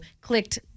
clicked